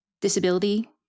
disability